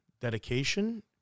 dedication